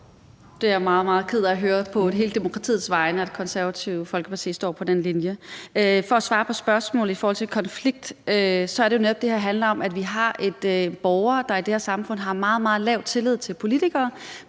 vegne meget, meget ked af at høre, at Det Konservative Folkeparti står på den linje. For at svare på spørgsmålet i forhold til konflikt handler det her jo netop om, at vi har borgere, der i det her samfund har en meget, meget lav tillid til politikere,